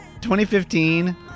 2015